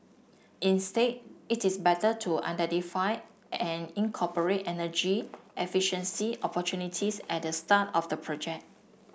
instead it is better to identify and incorporate energy efficiency opportunities at the start of the project